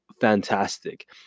fantastic